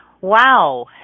Wow